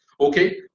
Okay